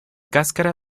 cáscara